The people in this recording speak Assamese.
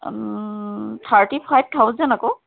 থাৰ্টি ফাইভ থাউচেণ্ড আকৌ